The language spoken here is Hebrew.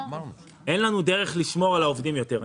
אין לנו דרך לשמור על העובדים יותר.